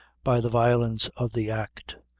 by the violence of the act,